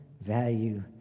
value